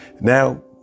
Now